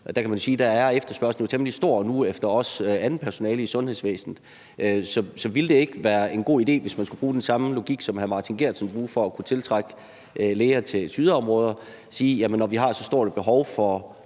sige, at efterspørgslen jo nu er temmelig stor efter også andet personale i sundhedsvæsenet. Så ville det ikke være en god idé, hvis man skulle bruge den samme logik, som hr. Martin Geertsen bruger i forhold til at kunne tiltrække læger til yderområder, at sige, at når vi har så stort et behov for